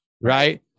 Right